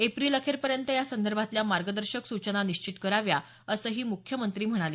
April अखेरपर्यंत यासंदर्भातल्या मार्गदर्शन सूचना निश्चित कराव्या असंही मुख्यमंत्री म्हणाले